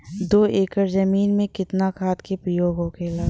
दो एकड़ जमीन में कितना खाद के प्रयोग होखेला?